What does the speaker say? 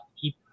keep